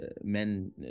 men